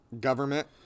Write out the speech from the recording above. government